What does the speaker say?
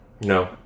No